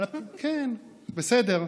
כן, בסדר.